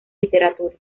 literatura